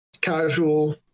casual